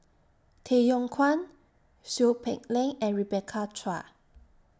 Tay Yong Kwang Seow Peck Leng and Rebecca Chua